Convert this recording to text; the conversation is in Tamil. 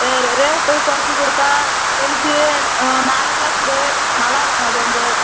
சரி ரேட்டு குறச்சி கொடுத்தா கெளுத்தி நாலு கிலோ கொடு நல்லா இருக்கும் அது வந்து